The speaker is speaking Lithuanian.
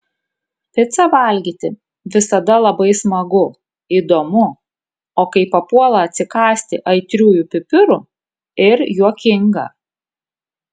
picą valgyti visada labai smagu įdomu o kai papuola atsikąsti aitriųjų pipirų ir juokinga